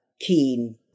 keen